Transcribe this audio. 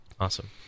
Awesome